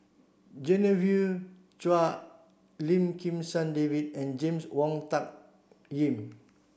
Genevieve Chua Lim Kim San David and James Wong Tuck Yim